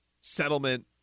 Settlement